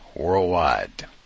worldwide